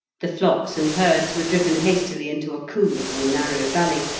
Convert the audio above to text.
the flocks and herds were driven hastily into a coombe, or narrow valley,